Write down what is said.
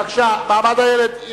מעמד הילד.